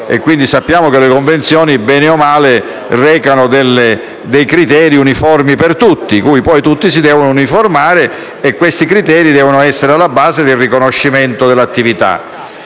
Ora, sappiamo che le convenzioni bene o male recano criteri uniformi, a cui tutti si devono uniformare, e questi devono essere alla base del riconoscimento dell'attività.